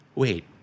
Wait